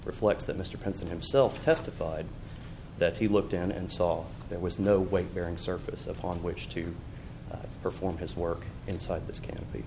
reflects that mr pencil himself testified that he looked down and saw there was no weight bearing surface upon which to perform his work inside this can be